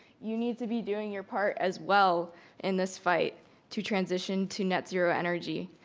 you need to be doing your part as well in this fight to transition to net zero energy,